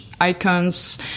icons